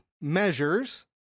measures